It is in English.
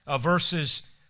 verses